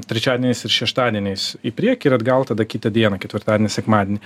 trečiadieniais ir šeštadieniais į priekį ir atgal tada kitą dieną ketvirtadienį sekmadienį